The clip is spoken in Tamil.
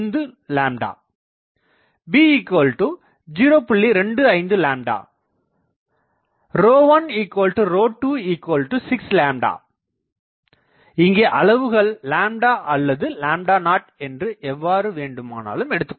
25 1 26 இங்கே அளவுகள் அல்லது 0 என்று எவ்வாறு வேண்டுமானாலும் எடுத்துக்கொள்ளலாம்